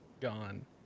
gone